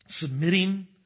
Submitting